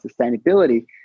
sustainability